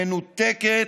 מנותקת,